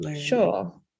Sure